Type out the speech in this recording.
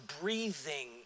breathing